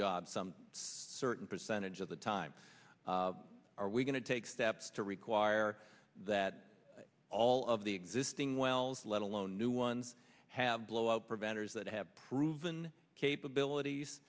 job some certain percentage of the time are we going to take steps to require that all of the existing wells let alone new ones have blowout preventers that have proven capabilities